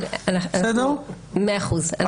מאה אחוז.